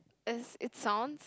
as is sounds